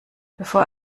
bevor